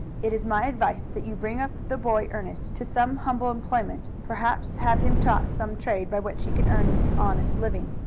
it is my advice that you bring up the boy ernest to some humble employment, perhaps have him taught some trade by which he can earn an honest living.